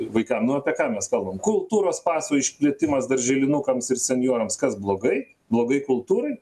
vaikam nu apie ką mes kalbam kultūros paso išplėtimas darželinukams ir senjorams kas blogai blogai kultūrai